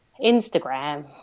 Instagram